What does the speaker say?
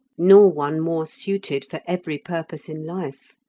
nor one more suited for every purpose in life.